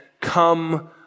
Come